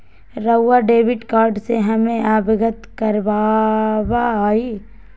रहुआ debit card से हमें अवगत करवाआई?